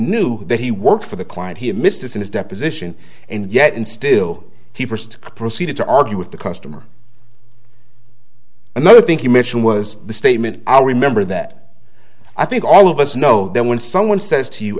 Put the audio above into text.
knew that he worked for the client he missed this in his deposition and yet and still he first proceeded to argue with the customer another think you mention was the statement i remember that i think all of us know that when someone says to you